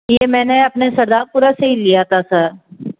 ये मैंने अपने सरदारपुरा से ही लिया था सर